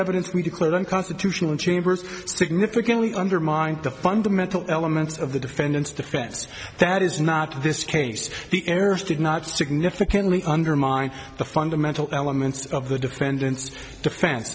evidence we declared unconstitutional in chambers significantly undermined the fundamental elements of the defendant's defense that is not this case the arabs did not significantly undermine the fundamental elements of the defendant